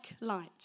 light